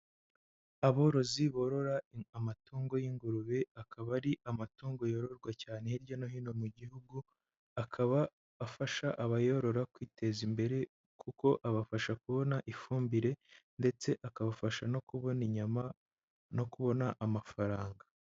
Aborozi borora amatungo y'ingurube, akaba ari amatongo yororwa cyane hirya no hino mu gihugu, akaba afasha abayorora kwiteza imbere kuko abafasha kubona ifumbire ndetse akabafasha no kubona inyama, no kubona amafaranga.